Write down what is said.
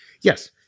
yes